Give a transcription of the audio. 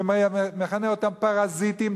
ומכנה אותם: פרזיטים,